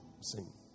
sing